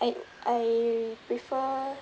I I prefer